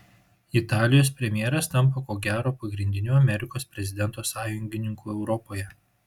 italijos premjeras tampa ko gero pagrindiniu amerikos prezidento sąjungininku europoje